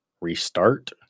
restart